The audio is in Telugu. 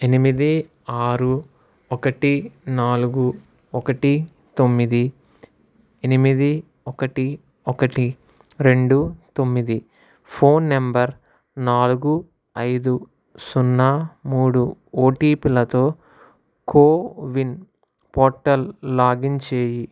ఎనిమిది ఆరు ఒకటి నాలుగు ఒకటి తొమ్మిది ఎనిమిది ఒకటి ఒకటి రెండు తొమ్మిది ఫోన్ నెంబర్ నాలుగు అయిదు సున్నా మూడు ఓటీపీలతో కోవిన్ పోర్టల్ లాగిన్ చేయి